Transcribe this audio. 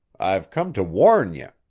i've come to warn ye.